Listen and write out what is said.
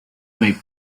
made